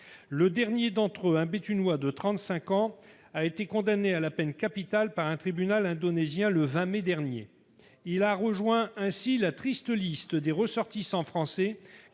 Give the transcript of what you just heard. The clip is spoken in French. Le dernier d'entre eux, un Béthunois de 35 ans, a été condamné à la peine capitale par un tribunal indonésien, le 20 mai dernier, rejoignant ainsi la triste liste des ressortissants français